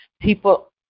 People